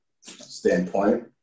standpoint